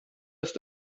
ist